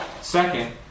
Second